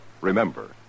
Remember